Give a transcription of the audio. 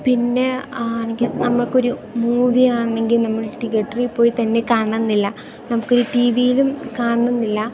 പിന്നെ ആണെങ്കിൽ നമ്മക്കൊരു മൂവിയാണെങ്കിൽ നമ്മൾ തീയറ്ററിൽപ്പോയി തന്നെ കാണണം എന്നില്ല നമുക്കൊരു ടി വിയിലും കാണണം എന്നില്ല